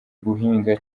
guhinga